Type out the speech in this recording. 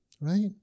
Right